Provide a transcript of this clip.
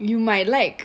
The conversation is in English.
you might like